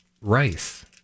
rice